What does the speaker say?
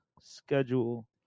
schedule